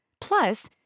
Plus